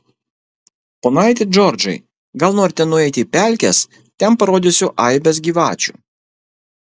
ponaiti džordžai gal norite nueiti į pelkes ten parodysiu aibes gyvačių